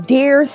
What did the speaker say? Dear